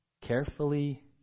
carefully